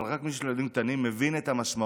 אבל רק מי שיש לו ילדים קטנים מבין את המשמעות